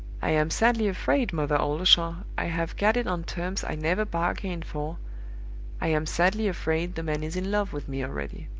i am sadly afraid, mother oldershaw, i have got it on terms i never bargained for i am sadly afraid the man is in love with me already.